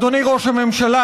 אדוני ראש הממשלה,